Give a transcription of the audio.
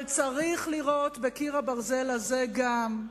אבל צריך לראות בקיר הברזל הזה גם,